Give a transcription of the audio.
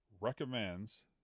recommends